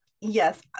yes